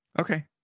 okay